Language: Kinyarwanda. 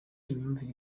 imvune